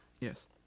yes